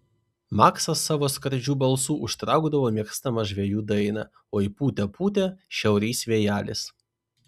maksas savo skardžiu balsu užtraukdavo mėgstamą žvejų dainą oi pūtė pūtė šiaurys vėjelis